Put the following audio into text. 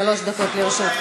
שלוש דקות לרשותך.